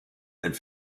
and